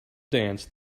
dance